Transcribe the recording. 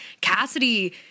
Cassidy